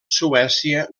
suècia